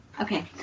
Okay